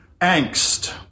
angst